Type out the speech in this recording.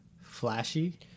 flashy